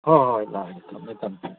ꯍꯣꯏ ꯍꯣꯏ ꯍꯣꯏ ꯂꯥꯛꯑꯒꯦ ꯊꯝꯃꯦ ꯊꯝꯃꯦ